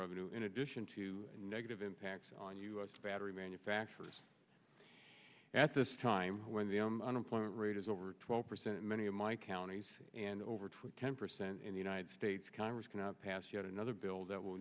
revenue in addition to negative impacts on u s battery manufacturers at this time when the unemployment rate is over twelve percent and many of my counties and over to ten percent in the united states congress cannot pass yet another bill that will